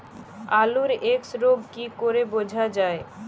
আলুর এক্সরোগ কি করে বোঝা যায়?